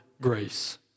grace